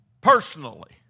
personally